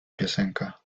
piosenka